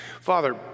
Father